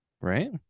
right